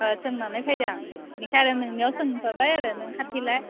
सोंनानै फायदो आं इनिखायनो आरो नोंनियाव सोंफाबाय आरो नों खाथियाव नालाय